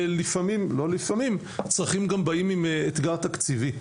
וצרכים גם באים עם אתגר תקציבי.